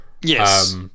Yes